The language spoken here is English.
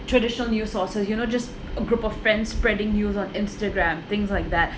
traditional news sources you know just a group of friends spreading news on instagram things like that